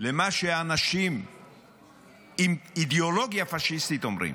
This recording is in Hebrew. למה שאנשים עם אידיאולוגיה פשיסטית אומרים,